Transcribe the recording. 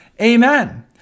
Amen